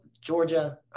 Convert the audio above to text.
Georgia